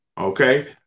Okay